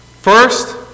First